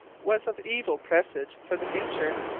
was of evil presage for the future.